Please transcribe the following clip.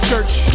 Church